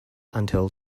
until